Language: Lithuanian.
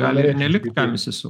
gali ir nelikt kam įsisukt